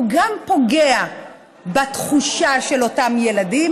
הם גם פוגעים בתחושה של אותם הילדים